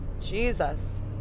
Jesus